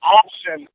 option